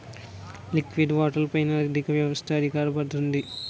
లిక్విడి వాటాల పైన ఆర్థిక వ్యవస్థ ఆధారపడుతుంది